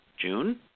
June